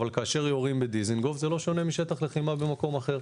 אבל כאשר יורים בדיזינגוף זה לא שונה משטח לחימה במקום אחר.